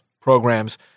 programs